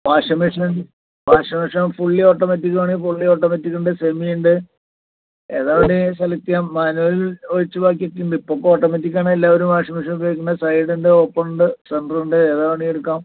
washing machine washing machine fully automatic വേണമെങ്കിൽ fully ഓട്ടോമാറ്റിക്കുണ്ട് സെമിയുണ്ട് ഏതാണെൽ സെലക്ട് ചെയ്യാം മാനുവല് ഒഴിച്ച് ബാക്കിയൊക്കെയുണ്ടിപ്പം ഇപ്പോൾ ഓട്ടോമാറ്റിക്കാണ് എല്ലാവരും വാഷിംഗ് മെഷീൻ ഉപയോഗിക്കുന്നത് സൈഡുണ്ട് ഓപ്പണുണ്ട് സെന്ററുണ്ട് ഏതാ വേണമെങ്കിൽ എടുക്കാം